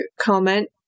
comment